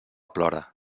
plora